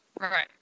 Right